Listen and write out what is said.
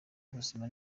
n’ubuzima